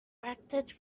directed